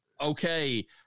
okay